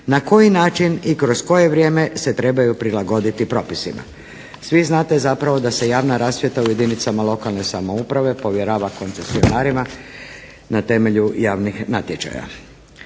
na koji način i kroz koje vrijeme se trebaju prilagoditi propisima. Svi znate zapravo da se javna rasvjeta u jedinicama lokalne samouprave povjerava koncesionarima na temelju javnih natječaja.